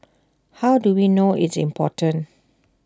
how do we know it's important